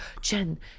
jen